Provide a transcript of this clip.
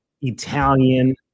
Italian